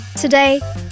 Today